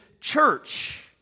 church